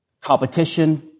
competition